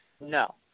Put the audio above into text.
No